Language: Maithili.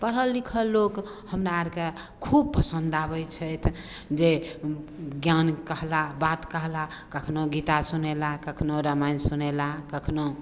पढ़ल लिखल लोक हमरा आरके खूब पसन्द आबै छथि जे ज्ञान कहला बात कहला कखनो गीता सुनेला कखनो रामायण सुनेला कखनो